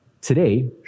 Today